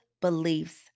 beliefs